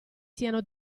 siano